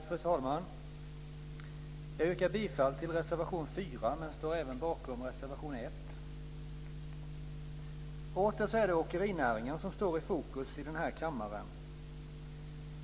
Fru talman! Jag yrkar bifall till reservation 4 men står även bakom reservation 1. Åter är det åkerinäringen som står i fokus i den här kammaren.